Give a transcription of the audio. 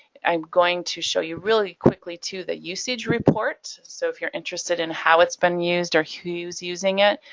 i'm going to show you really quickly too the usage report. so if you're interested in how it's been used or who's using it,